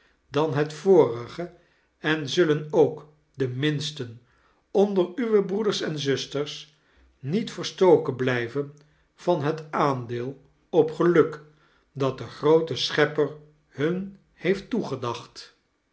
dan het vorige en zullen ook de minsten onder uwe breeders en zusteirs niet verstoken blijven van het aandeel op geluk dat de groote schepper hun heeft toegedacht